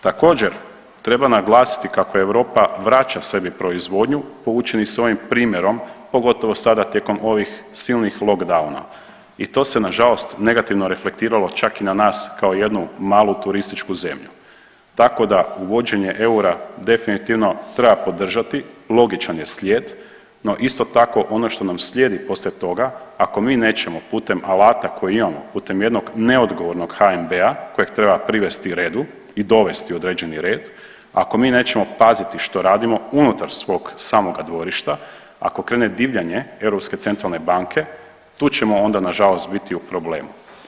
Također, treba naglasiti kako Europa vraća sebi proizvodnju poučeni s ovim primjerom, pogotovo sada tijekom ovih silnih lockdowna i to je nažalost negativno reflektiralo čak i na nas kao jednu malu turističku zemlju, tako da uvođenje eura definitivno treba podržati, logičan je slijed, no, isto tako, ono što nam slijedi poslije toga, ako mi nećemo putem alata koje imamo, putem jednog neodgovornog HNB-a kojeg treba privesti redu i dovesti određeni red, ako mi nećemo paziti što radimo unutar svog samoga dvorišta, ako krene divljanje Europske centralne banke, tu ćemo onda nažalost biti u problemu.